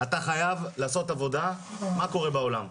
-- אתה חייב לעשות עבודה לגבי מה קורה בעולם.